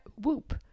WHOOP